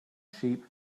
sheep